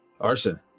Arson